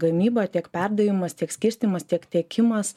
gamyba tiek perdavimas tiek skirstymas tiek tiekimas